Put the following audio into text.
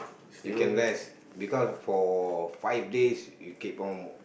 you can rest because for five days you keep on